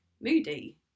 Moody